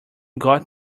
got